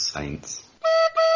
Saints